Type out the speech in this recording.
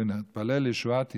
ונתפלל לישועת ישראל.